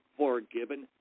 forgiven